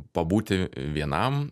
pabūti vienam